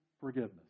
forgiveness